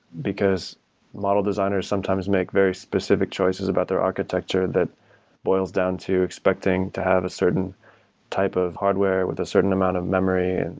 because model designers sometimes make very specific choices about their architecture that boils down to expecting to have a certain type of hardware with a certain amount of memory, and